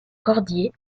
cordier